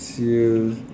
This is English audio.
[sial]